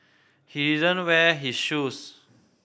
he didn't wear his shoes